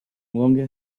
longer